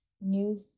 new